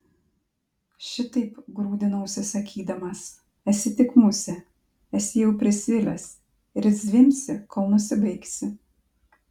šitaip grūdinausi sakydamas esi tik musė esi jau prisvilęs ir zvimbsi kol nusibaigsi